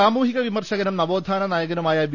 സാമൂഹിക വിമർശകനും നവോത്ഥാന നായകനുമായ വി